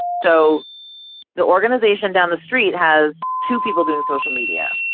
so the organization down the street has two people doing social media.